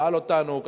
שאל אותנו,